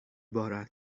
بارد